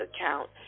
account